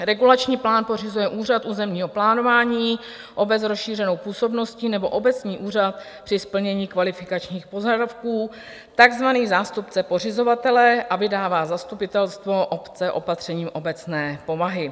Regulační plán pořizuje úřad územního plánování, obec s rozšířenou působností nebo obecní úřad při splnění kvalifikačních požadavků, takzvaný zástupce pořizovatele, a vydává zastupitelstvo obce opatřením obecné povahy.